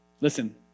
Listen